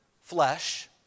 flesh